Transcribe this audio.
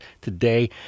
today